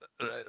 Right